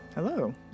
Hello